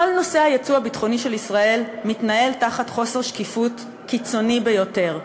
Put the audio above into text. כל נושא היצוא הביטחוני של ישראל מתנהל תחת חוסר שקיפות קיצוני ביותר.